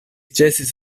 ĉesis